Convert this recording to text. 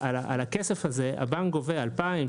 על הכסף הזה הבנק גובה 2,000,